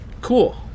Cool